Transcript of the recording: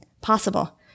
possible